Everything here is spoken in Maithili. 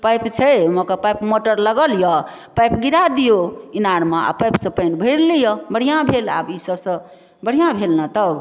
पाइप छै ओहिमे कऽ पाइप मोटर लगा लिअ पाइप गिराए दिऔ ईनारमे आ पाइपसँ पानि भरि लिअ बढ़िआँ भेल आब ई सबसँ बढ़िआँ भेल ने तब